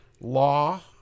law